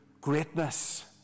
greatness